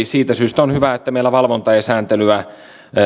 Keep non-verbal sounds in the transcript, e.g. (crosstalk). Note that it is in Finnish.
(unintelligible) siitä syystä on hyvä että meillä valvontaa ja sääntelyä